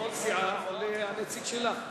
כל סיעה, עולה הנציג שלה.